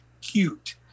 cute